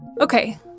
Okay